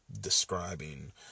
describing